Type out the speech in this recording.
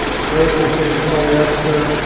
the labels being polyester,